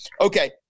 Okay